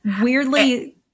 weirdly